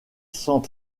sans